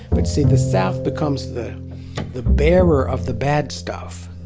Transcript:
but see the south becomes the the bearer of the bad stuff.